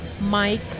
Mike